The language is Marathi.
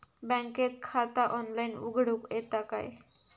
बँकेत खाता ऑनलाइन उघडूक येता काय?